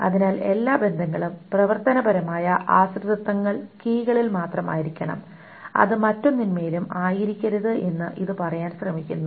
അതിനാൽ എല്ലാ ബന്ധങ്ങളും പ്രവർത്തനപരമായ ആശ്രിതത്വങ്ങൾ കീകളിൽ മാത്രമായിരിക്കണം അത് മറ്റൊന്നിന്മേലും ആയിരിക്കരുത് എന്ന് ഇത് പറയാൻ ശ്രമിക്കുന്നു